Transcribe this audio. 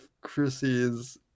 Chrissy's